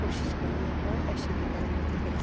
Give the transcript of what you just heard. कोशिश करनी आं अच्छे तरीके कन्नै इस्सी करी